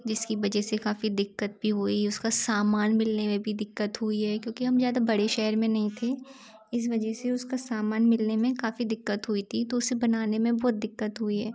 जिसकी वजह से काफ़ी दिक्कत भी हुई उसका सामान मिलने में भी दिक्कत हुई है क्योंकि हम ज़्यादा बड़े शहर में नहीं थे इस वजह से उसका सामान मिलने में काफ़ी दिक्कत हुई थी तो उसे बनाने में बहुत दिक्कत हुई है